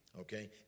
Okay